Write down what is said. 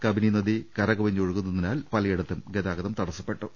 കബനി നദി കരകവിഞ്ഞൊഴുകുന്നതിനാൽ പല യിടത്തും ഗതാഗതം തടസ്സപ്പെട്ടു